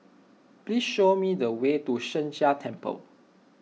please show me the way to Sheng Jia Temple